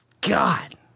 God